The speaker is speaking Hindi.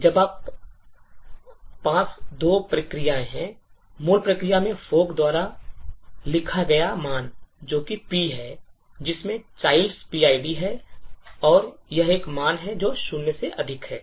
तो अब आपके पास दो प्रक्रियाएँ हैं मूल प्रक्रिया में fork द्वारा लिखा गया मान जो कि P है जिसमें childs PID है और यह एक मान है जो शून्य से अधिक है